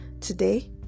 today